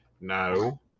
No